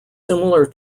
similar